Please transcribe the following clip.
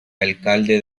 alcalde